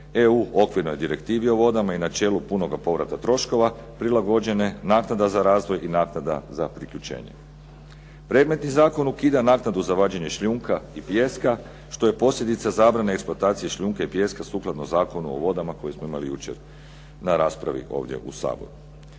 EU okvirnoj direktivi o vodama i načelu punoga povrata troškova prilagođene naknada za razvoj i naknada za priključenje. Predmetni zakon ukida naknadu za vađenje šljunka i pijeska što je posljedica zabrane eksploatacije šljunka i pijeska sukladno Zakonu o vodama koje smo imali jučer na raspravi ovdje u Saboru.